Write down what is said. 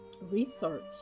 research